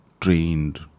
trained